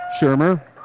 Shermer